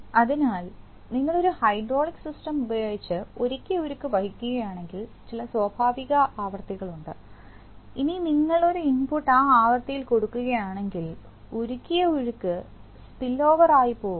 അതിനാൽ നിങ്ങൾ ഒരു ഹൈഡ്രോളിക് സിസ്റ്റം ഉപയോഗിച്ച് ഉരുകിയ ഉരുക്ക് വഹിക്കുകയാണെങ്കിൽ ചില സ്വാഭാവിക ആവൃത്തികളുണ്ട് ഇനി നിങ്ങൾ ഒരു ഇൻപുട്ട് ആ ആവൃത്തിയിൽ കൊടുക്കുകയാണെങ്കിൽ ഉരുകി ഉരുക്ക് സ്പിൽ ഓവർ ആയിപ്പോകും